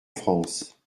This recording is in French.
france